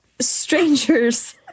strangers